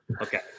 Okay